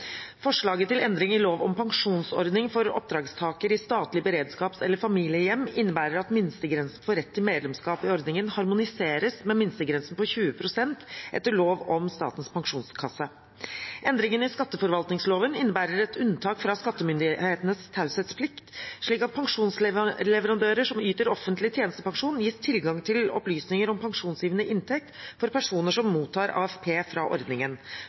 Forslaget til endring i lov om pensjonsordning for oppdragstaker i statlig beredskaps- eller familiehjem innebærer at minstegrensen for rett til medlemskap i ordningen harmoniseres med minstegrensen på 20 pst. etter lov om Statens pensjonskasse. Endringen i skatteforvaltningsloven innebærer et unntak fra skattemyndighetenes taushetsplikt, slik at pensjonsleverandører som yter offentlig tjenestepensjon, gis tilgang til opplysninger om pensjonsgivende inntekt for personer som mottar AFP fra ordningen.